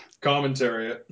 Commentary